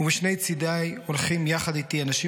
/ ומשני צידיי הולכים יחד איתי אנשים